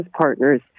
partners